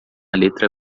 letra